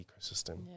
ecosystem